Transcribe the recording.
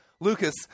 Lucas